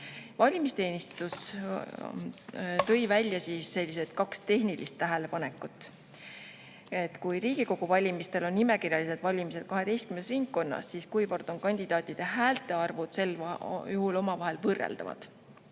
Valimisteenistus tõi välja kaks tehnilist tähelepanekut. Kui Riigikogu valimistel on nimekirjalised valimised 12 ringkonnas, siis kuivõrd on kandidaatidele [antud] häälte arvud sel juhul omavahel võrreldavad.